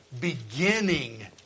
beginning